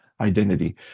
identity